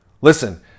Listen